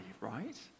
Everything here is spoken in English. right